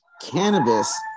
cannabis